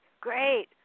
great